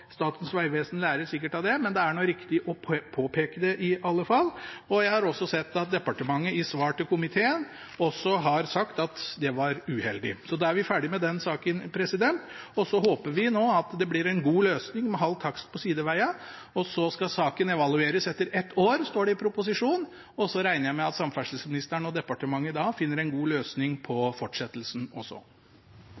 Statens vegvesen lærer sikkert av det – men det er nå riktig å påpeke det i alle fall. Jeg har også sett at departementet i svar til komiteen har sagt at det var uheldig. Da er vi ferdig med den saken, og så håper vi at det nå blir en god løsning med halv takst på sideveiene. Saken skal evalueres etter ett år, står det i proposisjonen, og da regner jeg med at samferdselsministeren og departementet finner en god løsning på